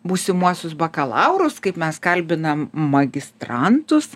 būsimuosius bakalaurus kaip mes kalbiname magistrantus